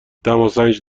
دماسنج